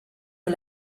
con